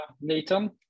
Nathan